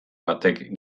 batek